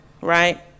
right